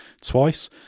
twice